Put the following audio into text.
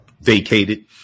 vacated